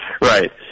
Right